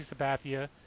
Sabathia